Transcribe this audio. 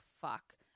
fuck